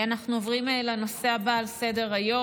אנחנו עוברים לנושא הבא על סדר-היום.